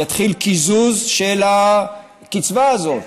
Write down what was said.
יתחיל קיזוז של הקצבה הזאת.